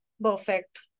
perfect